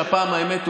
שהאמת,